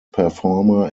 performer